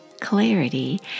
clarity